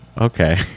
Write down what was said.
Okay